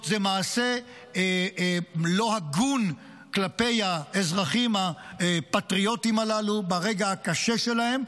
זה מעשה לא הגון כלפי האזרחים הפטריוטים הללו ברגע הקשה שלהם,